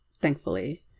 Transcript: thankfully